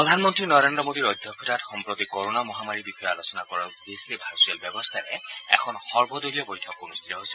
প্ৰধানমন্ত্ৰী নৰেন্দ্ৰ মোদীৰ অধ্যক্ষতা সম্প্ৰতি কৰনা মহামাৰীৰ বিষয়ে আলোচনা কৰাৰ উদ্দেশ্যে ভাৰ্ছুৱেল ব্যৱস্থাৰে এখন সৰ্বদলীয় বৈঠক অনুষ্ঠিত হৈছে